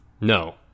No